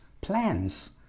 plans